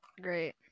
great